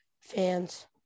fans